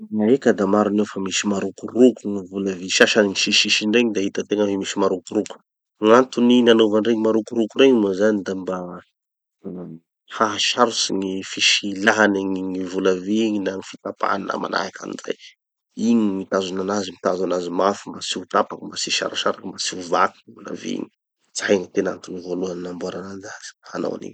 Eka da marina io fa misy marokoroka gny vola vy sasany. Gny sisisisiny regny da hita tegna misy marokoroko. Gn'antony nanova aniregny marokoroko regny moa zany da mba uhm hahasarotsy gny fisilahan'ny gny vola vy igny na gny fitapahany na manahaky anizay. Igny gny mitazona anazy gny mitazo anazy mafy mba tsy ho tapaky mba tsy hisarasaraky mba tsy ho vaky gny vola vy igny. Zay gny tena antony voalohany namboarana anazy hanao anigny.